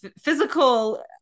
physical